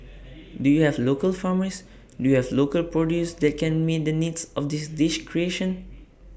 do you have local farmers do you have local produce that can meet the needs of this dish creation